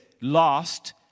lost